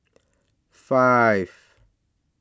five